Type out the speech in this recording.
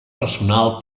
personal